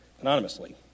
anonymously